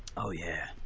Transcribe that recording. oh yeah.